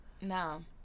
No